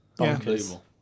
Unbelievable